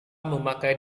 memakai